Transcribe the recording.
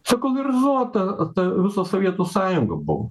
sekuliarizuota ta visa sovietų sąjunga buvo